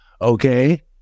Okay